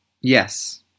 Yes